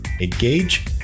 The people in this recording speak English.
Engage